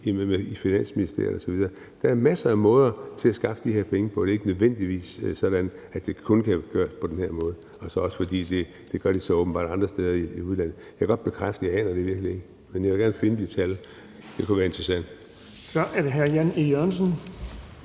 i Finansministeriet osv. Der er masser af måder at skaffe de her penge på. Det er ikke nødvendigvis sådan, at det kun kan gøres på den her måde, og så også fordi de så åbenbart gør det andre steder i udlandet. Jeg kan godt bekræfte: Jeg aner det virkelig ikke. Men jeg vil gerne finde de tal. Det kunne være interessant. Kl. 10:55 Den fg. formand